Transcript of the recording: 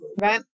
right